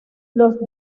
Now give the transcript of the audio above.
los